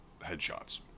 headshots